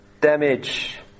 damage